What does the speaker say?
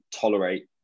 tolerate